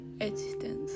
existence